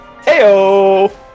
Heyo